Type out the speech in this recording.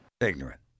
Ignorant